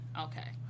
Okay